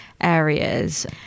areas